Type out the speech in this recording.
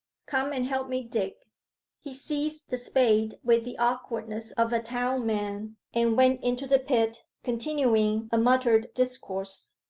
come and help me dig he seized the spade with the awkwardness of a town man, and went into the pit, continuing a muttered discourse.